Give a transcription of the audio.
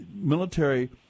military